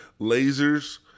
Lasers